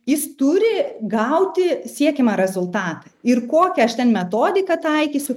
jis turi gauti siekiamą rezultatą ir kokią aš ten metodiką taikysiu